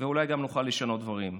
ואולי גם נוכל לשנות דברים.